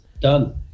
Done